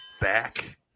back